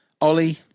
Ollie